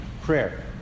prayer